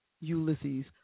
Ulysses